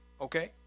okay